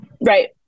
Right